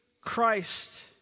Christ